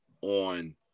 on